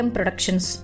Productions